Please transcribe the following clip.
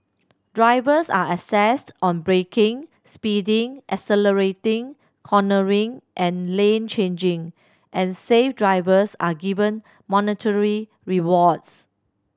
drivers are assessed on braking speeding accelerating cornering and lane changing and safe drivers are given monetary rewards